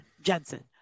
Jensen